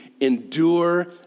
endure